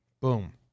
Boom